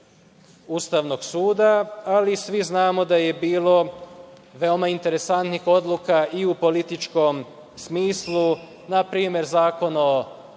Ustavnog suda, ali svi znamo da je bilo veoma interesantnih odluka i u političkom smislu, npr. Zakon o